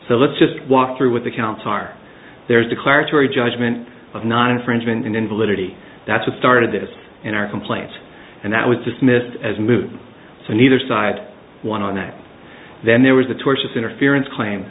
so let's just walk through with the counts are there's declaratory judgment of not infringement and invalidity that's what started this in our complaint and that was dismissed as moot so neither side won on that then there was a tortious interference claim